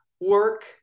work